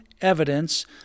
evidence